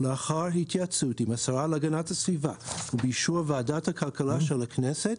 לאחר התייעצות עם השרה להגנת הסביבה ובאישור ועדת הכלכלה של הכנסת,